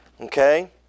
Okay